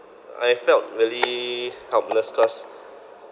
I felt really helpless cause